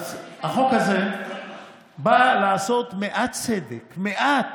אז החוק הזה בא לעשות מעט צדק, מעט,